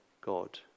God